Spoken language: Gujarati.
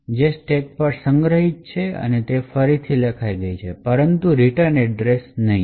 જે સ્ટેક પર સંગ્રહિત છે તે ફરીથી લખાઈ છે પરંતુ રિટર્ન એડ્રેસનહીં